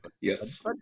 Yes